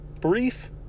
brief